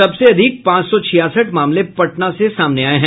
सबसे अधिक पांच सौ छियासठ मामले पटना से सामने आये हैं